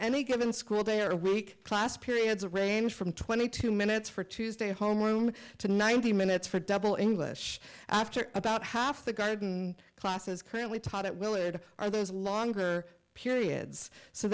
any given school day or week class periods range from twenty two minutes for tuesday homeroom to ninety minutes for double english after about half the garden classes currently taught at willard are those longer periods so